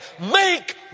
Make